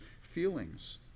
feelings